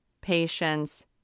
patience